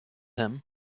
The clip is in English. him